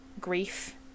grief